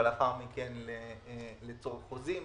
ולאחר מכן לצורך חוזים,